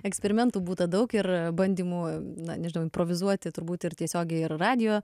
eksperimentų būta daug ir bandymų na nežinau improvizuoti turbūt ir tiesiogiai ir radijo